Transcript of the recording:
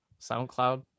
SoundCloud